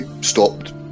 stopped